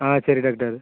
ஆ சரி டாக்டர்